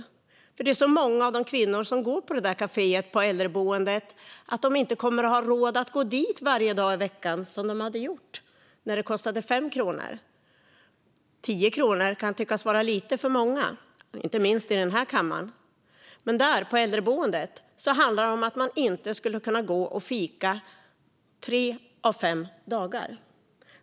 När fikat kostar 10 kronor kommer nämligen många av kvinnorna som går på kaféet på äldreboendet inte längre att ha råd att gå dit varje dag i veckan. En tia kan tyckas lite för många, inte minst i denna kammare, men på äldreboendet betyder det att man får avstå från fika tre av fem dagar.